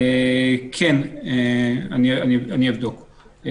אני אבדוק.